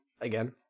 again